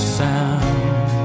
sound